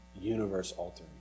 universe-altering